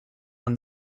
are